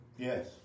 Yes